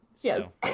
Yes